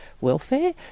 welfare